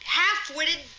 half-witted